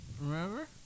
Remember